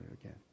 again